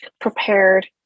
prepared